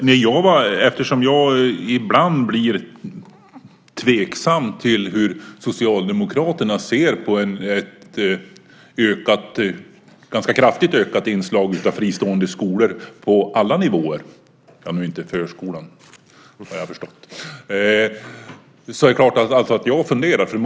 Fru talman! Eftersom jag ibland blir tveksam till hur Socialdemokraterna ser på ett ganska kraftigt ökat inslag av fristående skolor på alla nivåer - inte förskolan, har jag förstått - är det klart att jag funderar på detta.